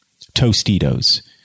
Tostitos